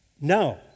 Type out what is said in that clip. No